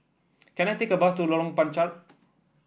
can I take a bus to Lorong Panchar